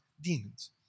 demons